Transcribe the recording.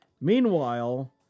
Meanwhile